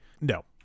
No